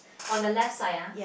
on the left side ah